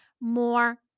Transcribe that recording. more